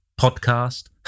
podcast